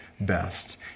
best